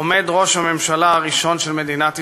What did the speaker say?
עומד ראש הממשלה הראשון של מדינת ישראל,